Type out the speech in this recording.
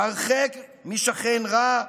"הרחק משכן רע,